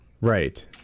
Right